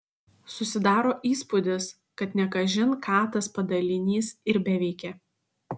susidaro įspūdis kad ne kažin ką tas padalinys ir beveikė